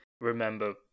remember